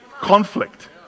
conflict